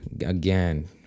again